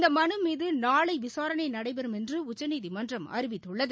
இந்த மனு மீது நாளை விசாரணை நடைபெறும் என்று உச்சநீதிமன்றம் அறிவித்துள்ளது